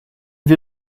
wir